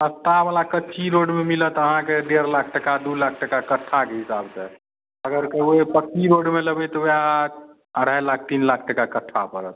सस्ता बला कच्ची रोडमे मिलत अहाँके डेढ़ लाख टका दू लाख टका कट्ठाके हिसाब से अगर कहबै जे पक्की रोडमे लेबै तऽ ओएह अढ़ाइ लाख तीन लाख टका कट्ठा पड़त